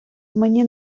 мені